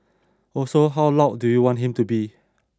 also how loud do you want him to be